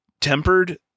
tempered